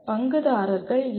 பங்குதாரர்கள் யார்